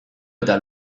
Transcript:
eta